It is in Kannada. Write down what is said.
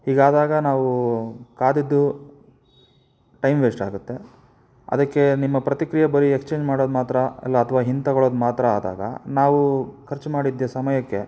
ಹೀಗಾದಾಗ ನಾವು ಕಾದಿದ್ದು ಟೈಮ್ ವೇಸ್ಟ್ ಆಗುತ್ತೆ ಅದಕ್ಕೆ ನಿಮ್ಮ ಪ್ರತಿಕ್ರಿಯೆ ಬರೀ ಎಕ್ಸ್ಚೇಂಜ್ ಮಾಡೋದು ಮಾತ್ರ ಅಲ್ಲ ಅಥವಾ ಹಿಂದು ತೊಗೊಳ್ಳೋದು ಮಾತ್ರ ಆದಾಗ ನಾವು ಖರ್ಚು ಮಾಡಿದ್ದ ಸಮಯಕ್ಕೆ